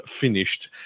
finished